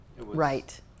Right